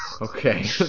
Okay